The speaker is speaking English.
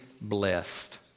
blessed